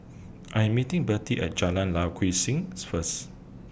I Am meeting Bette At Jalan Lye Kwee Things First